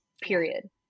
Period